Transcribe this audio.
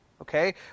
okay